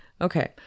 Okay